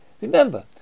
Remember